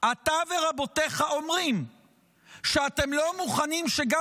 אתה ורבותיך אומרים שאתם לא מוכנים שגם